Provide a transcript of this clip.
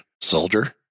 Soldier